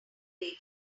lady